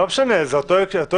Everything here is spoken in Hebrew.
לא משנה, זה אותו הקשר.